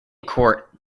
court